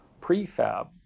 prefab